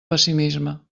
pessimisme